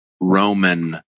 Roman